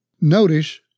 Notice